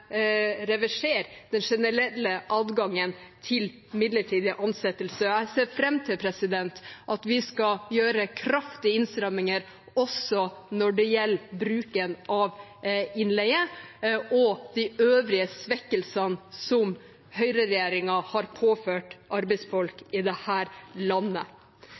reversere den generelle adgangen til midlertidige ansettelser. Jeg ser fram til at vi skal gjøre kraftige innstramminger også når det gjelder bruken av innleie og de øvrige svekkelsene som høyreregjeringen har påført arbeidsfolk i dette landet. Det